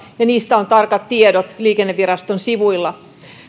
ja niistä on tarkat tiedot liikenneviraston sivuilla